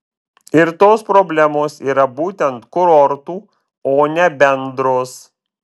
ir tos problemos yra būtent kurortų o ne bendros